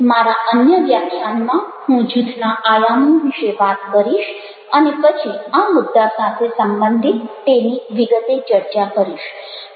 મારા અન્ય વ્યાખ્યાનમાં હું જૂથના આયામો વિશે વાત કરીશ અને પછી આ મુદ્દા સાથે સંબંધિત તેની વિગતે ચર્ચા કરીશ